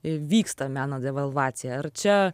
vyksta meno devalvacija ar čia